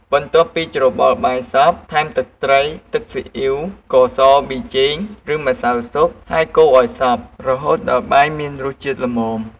បន្ទាប់ពីច្របល់បាយសព្វ ថែមទឹកត្រី ទឹកស៊ីអ៊ីវ ស្ករស ប៊ីចេង ឫ ម្សៅស៊ុប ហើយកូរឱ្យសព្វ រហូតដល់បាយមានរសជាតិល្មម។